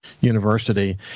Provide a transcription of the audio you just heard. University